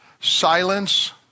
silence